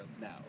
now